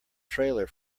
trailer